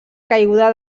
caiguda